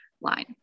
line